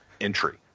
entry